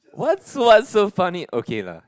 what's what's so funny okay lah